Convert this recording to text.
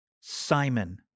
Simon